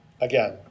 again